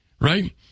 right